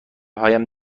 هایم